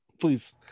please